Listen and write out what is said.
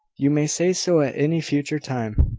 you may say so at any future time.